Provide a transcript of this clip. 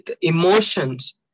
emotions